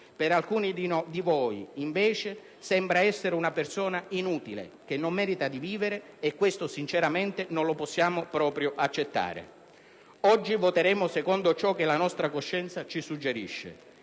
Per alcuni di voi, invece, sembra essere una persona inutile che non merita di vivere e questo sinceramente non lo possiamo proprio accettare. Oggi voteremo secondo ciò che la nostra coscienza ci suggerisce,